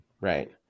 Right